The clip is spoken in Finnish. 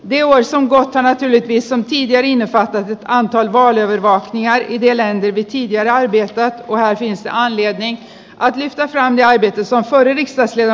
beuys on kohta näette ison kiviainesta antoi vuoden hyvän ja riidellään kyyditsijä radiosta kun äiti jaan vietiin kahvit ja jäähdytys sitten siirrymme puhujalistaan